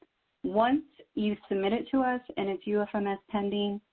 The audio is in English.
once you submit it to us and it's ufms pending,